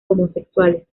homosexuales